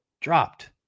dropped